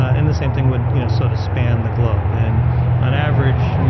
and the same thing would you know sort of span the globe. and on average,